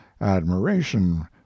admiration